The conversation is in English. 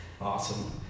Awesome